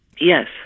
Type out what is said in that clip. Yes